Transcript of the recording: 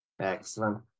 Excellent